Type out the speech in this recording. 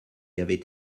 avaient